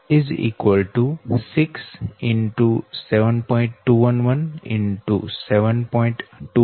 211 X 7